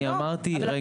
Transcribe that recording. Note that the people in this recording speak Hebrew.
אני אמרתי --- לא,